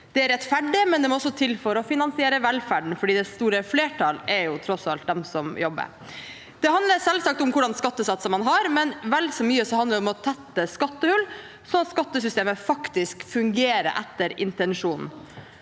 Det er rettferdig, men det må også til for å finansiere velferden, for det store flertall er tross alt de som jobber. Det handler selvsagt om hva slags skattesatser man har, men vel så mye handler det om å tette skattehull, sånn at skattesystemet faktisk fungerer etter intensjonen.